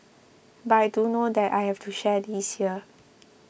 but I do know that I have to share this here